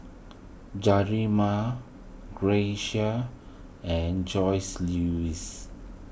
Jerimiah Grecia and Joseluis